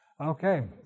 Okay